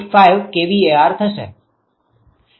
5 kVAr થશે